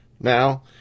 now